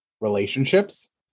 relationships